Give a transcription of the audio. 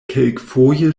kelkfoje